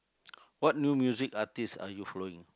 what new music artist are you following